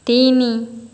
ତିନି